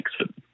exit